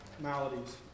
maladies